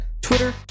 Twitter